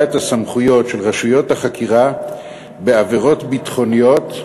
את הסמכויות של רשויות החקירה בעבירות ביטחוניות,